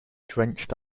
drenched